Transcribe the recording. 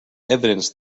evidence